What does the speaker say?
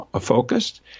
focused